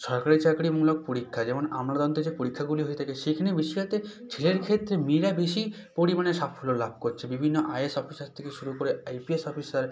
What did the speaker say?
সরকারি চাকরিমূলক পরীক্ষা যেমন আমলাতন্ত্রে যে পরীক্ষাগুলি হয়ে থাকে সেইখানে বেশিরভাগটাই ছেলের ক্ষেত্রে মেয়েরা বেশি পরিমাণে সাফল্য লাভ করছে বিভিন্ন আই এ এস অফিসার থেকে শুরু করে আই পি এস অফিসার